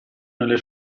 nelle